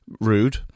rude